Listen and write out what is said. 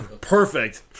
Perfect